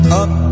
up